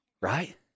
right